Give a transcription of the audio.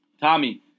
Tommy